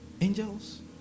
Angels